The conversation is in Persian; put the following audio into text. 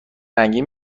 رنگی